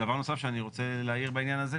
דבר נוסף שאני רוצה להעיר בעניין הזה,